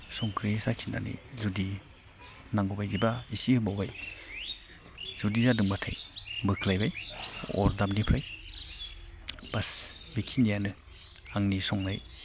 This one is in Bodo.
संख्रै साखिनानै जुदि नांगौबायदिब्ला एसे होबावबाय जुदि जादोंब्लाथाय बोख्लायबाय अरदाबनिफ्राय बास बेखिनियानो आंनि संनाय